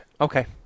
Okay